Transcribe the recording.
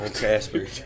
Casper